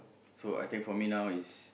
so I think for me now is